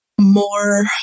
more